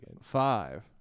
five